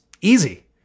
easy